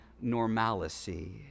normalcy